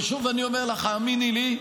ושוב אני אומר לך, האמיני לי,